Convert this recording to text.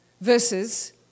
versus